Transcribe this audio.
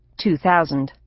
2000